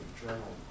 journal